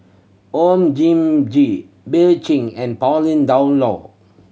Oon Jin Gee Bill Chen and Pauline Dawn Loh